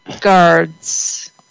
guards